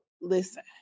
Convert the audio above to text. listen